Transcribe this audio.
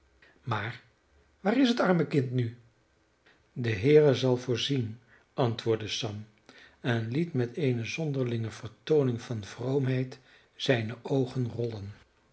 maar waar is het arme kind nu de heere zal voorzien antwoordde sam en liet met eene zonderlinge vertooning van vroomheid zijne oogen rollen